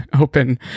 open